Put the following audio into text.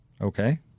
Okay